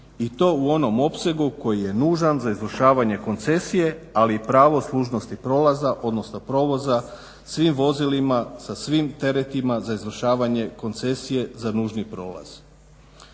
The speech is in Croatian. i to u onom opsegu koji je nužan za izvršavanje koncesije ali i pravo služnosti prolaza, odnosno provoza svim vozilima, sa svim teretima za izvršavanje koncesije za nužni prolaz.